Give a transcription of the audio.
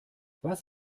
was